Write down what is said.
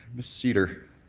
ms. cedar,